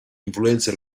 influenza